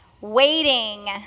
waiting